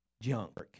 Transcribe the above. junk